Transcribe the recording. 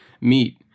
meet